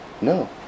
No